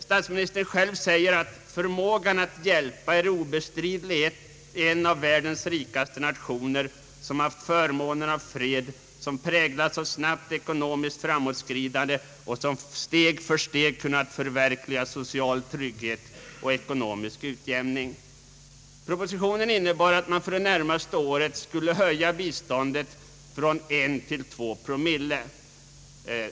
Statsministern själv sade, att >förmågan att hjälpa är obestridlig i en av världens rikaste nationer som haft förmånen av fred, som präglats av snabbt ekonomiskt framåtskridande och som steg för steg kunnat förverkliga social trygghet och ekonomisk utjämning». I propositionen uttalades, att biståndet det närmaste året skulle höjas från en till två promille.